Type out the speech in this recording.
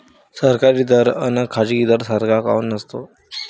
सरकारी दर अन खाजगी दर सारखा काऊन नसतो?